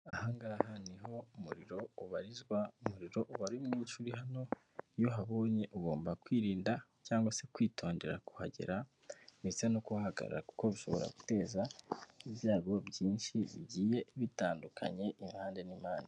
Ahangaha niho umuriro ubarizwa umuriro uba ari mwinshi uri hano iyo uhabonye ugomba kwirinda cyangwa se kwitondera kuhagera ndetse no kuhahagarara kuko bishobora guteza ibyago byinshi bigiye bitandukanye impande n'impande.